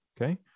Okay